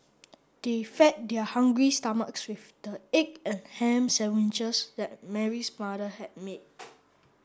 they fed their hungry stomachs with the egg and ham sandwiches that Mary's mother had made